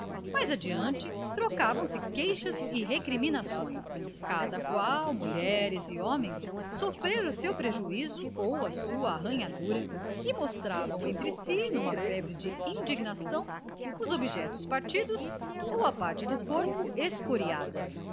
mais adiante trocavam se queixas e recriminações cada qual mulheres e homens sofrera o seu prejuízo ou a sua arranhadura e mostravam entre si numa febre de indignação os objetos partidos ou